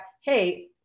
hey